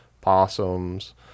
possums